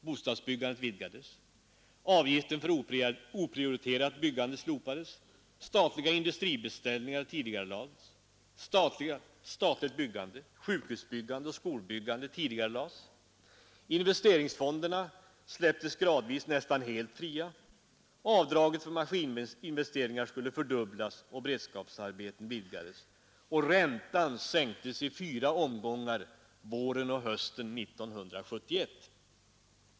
Bostadsbyggandet vidgades, avgiften för oprioriterat byggande slopades, statliga industribeställningar, statligt byggande, sjukhusbyggande och skolbyggande tidigarelades. Investeringsfonderna släpptes gradvis nästan fria, avdraget för maskininvesteringar skulle fördubblas, beredskapsarbetena vidgades och räntan sänktes i fyra omgångar våren och hösten 1971.